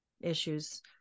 issues